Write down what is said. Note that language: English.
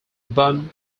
bun